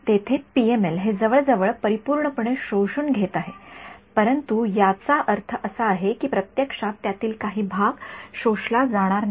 येथे पीएमएल हे जवळजवळ परिपूर्णपणे शोषून घेत आहे परंतु याचा अर्थ असा आहे की प्रत्यक्षात त्यातील काही भाग शोषला जाणार नाही